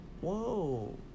Whoa